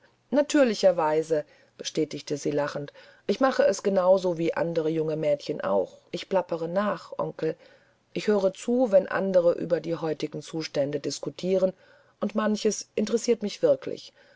natürlicherweise bestätigte sie lachend ich mache es genau wie andere junge mädchen auch ich plappere nach onkel ich höre zu wenn andere über die heutigen zustände diskutieren und manches interessiert mich wirklich